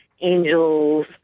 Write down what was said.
angels